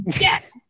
Yes